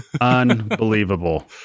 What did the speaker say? Unbelievable